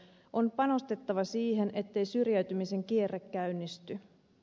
on panostettava siihen ettei syrjäytymisen kierre käynnisty